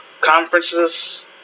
conferences